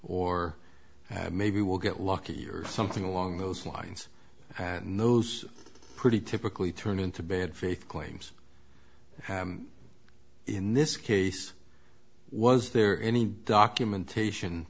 or maybe we'll get lucky or something along those lines and those pretty typically turn into bad faith claims in this case was there any documentation